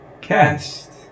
Cast